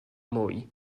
mwy